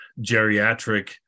geriatric